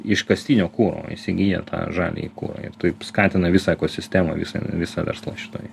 iškastinio kuro įsigyja tą žaliąjį kurą ir taip skatina visą ekosistemą visą visą verslą šitoj